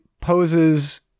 poses